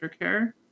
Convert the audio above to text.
aftercare